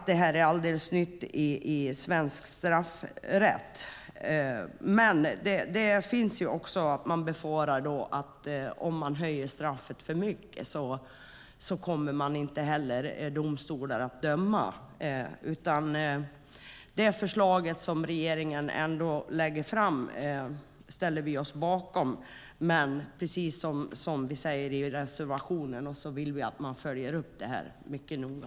Det är alldeles nytt i svensk straffrätt. Man befarar att om straffet höjs för mycket kommer inte domstolar att döma för brottet. Vi ställer oss bakom det förslag som regeringen lägger fram. Men precis som vi säger i reservationen vill vi att man följer upp det mycket noga.